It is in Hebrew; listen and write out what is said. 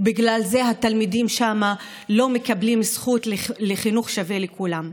ובגלל זה התלמידים שם לא מקבלים זכות לחינוך שווה לכולם.